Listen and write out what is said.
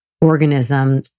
organism